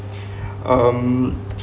um